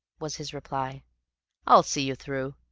was his reply i'll see you through.